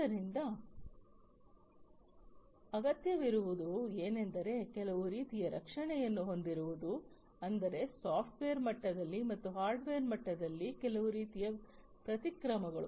ಆದ್ದರಿಂದ ಅಗತ್ಯವಿರುವುದು ಏನೆಂದರೆ ಕೆಲವು ರೀತಿಯ ರಕ್ಷಣೆಯನ್ನು ಹೊಂದಿರುವುದು ಅಂದರೆ ಸಾಫ್ಟ್ವೇರ್ ಮಟ್ಟದಲ್ಲಿ ಮತ್ತು ಹಾರ್ಡ್ವೇರ್ ಮಟ್ಟದಲ್ಲಿ ಕೆಲವು ರೀತಿಯ ಪ್ರತಿಕ್ರಮಗಳು